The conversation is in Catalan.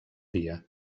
dia